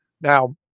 Now